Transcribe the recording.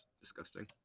disgusting